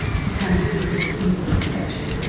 who comes with his evil seduction,